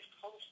close